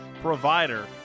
provider